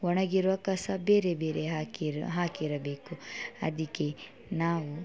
ಒಣಗಿರುವ ಕಸ ಬೇರೆ ಬೇರೆ ಹಾಕಿರ ಹಾಕಿರಬೇಕು ಅದಕ್ಕೆ ನಾವು